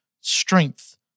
strength